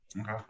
Okay